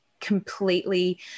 completely